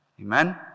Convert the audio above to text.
Amen